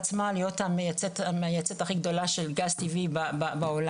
בעצמה להיות המייצאת הכי גדולה של גז טבעי בעולם,